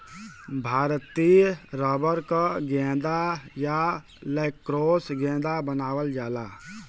भारतीय रबर क गेंदा या लैक्रोस गेंदा बनावल जाला